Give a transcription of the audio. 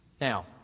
Now